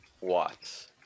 Watts